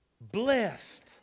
Blessed